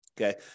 Okay